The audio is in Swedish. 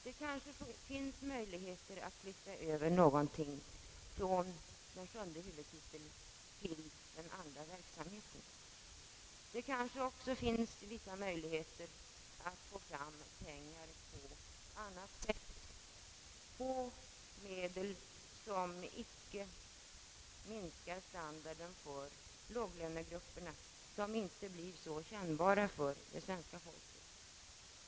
Det finns kanske möjligheter att flytta över medel från sjunde huvudtiteln till den andra verksamheten, och det finns kanske också vissa möjligheter att få fram pengar på annat sätt utan att därmed standarden minskas för låglönegrupperna och utan att det blir kännbart för svenska folket.